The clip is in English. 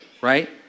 right